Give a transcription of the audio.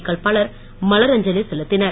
க்கள் பலர் மலரஞ்சலி செலுத்தினர்